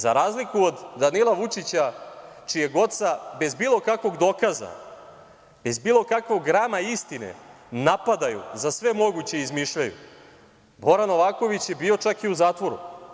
Za razliku od Danila Vučića, čijeg oca bez bilo kakvog dokaza bez bilo kakvog dokaza, bez bilo kakvog grama istine, napadaju za sve moguće i izmišljaju, Bora Novaković je bio čak i u zatvoru.